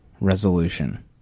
resolution